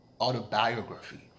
autobiography